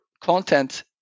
content